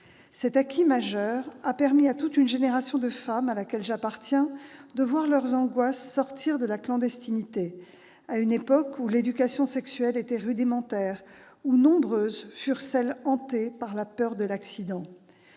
Cet acquis majeur a permis à toute une génération de femmes, à laquelle j'appartiens, de voir leurs angoisses sortir de la clandestinité, à une époque où l'éducation sexuelle était rudimentaire, où nombreuses furent celles qui étaient hantées par la peur de l'accident.